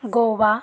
Goa